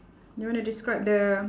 you want to describe the